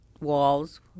walls